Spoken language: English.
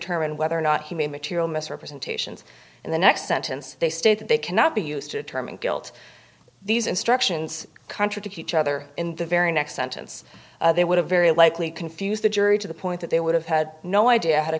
determine whether or not he made material misrepresentations and the next sentence they state that they cannot be used to determine guilt these instructions contradict each other in the very next sentence they would have very likely confuse the jury to the point that they would have had no idea how to